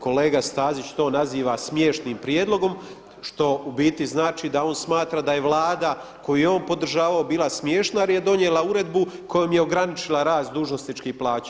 Kolega Stazić to naziva smiješnim prijedlogom što u biti znači da on smatra da je Vlada koju je on podržavao bila smiješna jer je donijela uredbu kojom je ograničila rast dužnosničkih plaća.